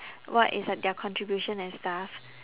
what is like their contribution and stuff